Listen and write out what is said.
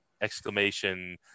exclamation